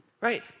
right